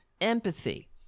empathy